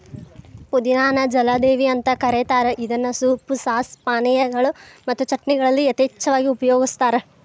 ಪುದಿನಾ ನ ಜಲದೇವಿ ಅಂತ ಕರೇತಾರ ಇದನ್ನ ಸೂಪ್, ಸಾಸ್, ಪಾನೇಯಗಳು ಮತ್ತು ಚಟ್ನಿಗಳಲ್ಲಿ ಯಥೇಚ್ಛವಾಗಿ ಉಪಯೋಗಸ್ತಾರ